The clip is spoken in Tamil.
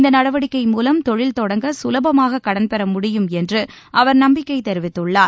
இந்த நடவடிக்கை மூலம் தொழில் தொடங்க கலபமாக கடன்பெற முடியும் என்று அவர் நம்பிக்கை தெரிவித்துள்ளார்